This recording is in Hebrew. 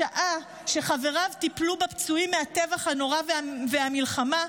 בשעה שחבריו טיפלו בפצועים מהטבח הנורא ומהמלחמה,